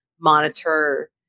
monitor